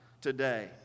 today